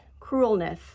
cruelness